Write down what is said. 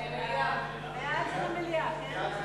בעד זה למליאה, כן?